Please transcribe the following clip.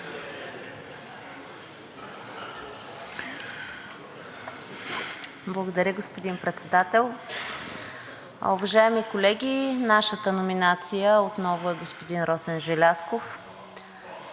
Благодаря, господин Председател. Уважаеми колеги, нашата номинация отново е господин Росен Желязков.